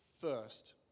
first